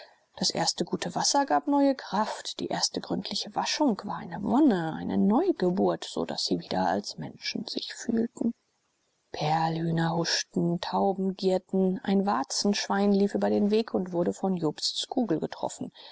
das erste gute wasser gab neue kraft die erste gründliche waschung war eine wonne eine neugeburt so daß sie wieder als menschen sich fühlten perlhühner huschten tauben girrten ein warzenschwein lief über den weg und wurde von jobsts kugel getroffen